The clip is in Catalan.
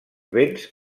béns